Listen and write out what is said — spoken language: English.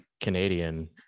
Canadian